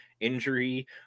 injury